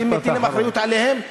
אז אתם מטילים אחריות עליהם?